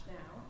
now